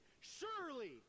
Surely